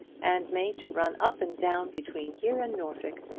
and made to run up and down between here and norfolk,